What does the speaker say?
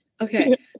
okay